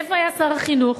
איפה היה שר החינוך?